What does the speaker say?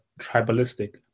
tribalistic